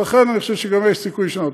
ולכן אני חושב שגם יש סיכוי לשנות.